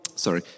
Sorry